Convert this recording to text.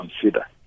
consider